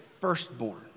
firstborn